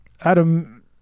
Adam